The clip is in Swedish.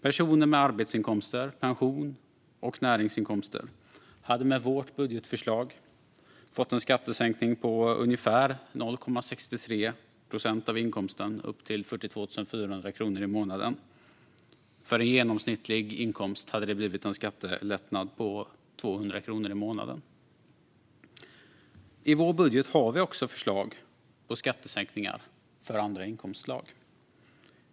Personer med arbetsinkomster, pension och näringsinkomster hade med vårt budgetförslag fått en skattesänkning på ungefär 0,63 procent av inkomsten upp till 42 400 kronor i månaden. För en genomsnittlig inkomst hade det blivit en skattelättnad på 200 kronor i månaden. I vår budget har vi också förslag på skattesänkningar för andra inkomstslag.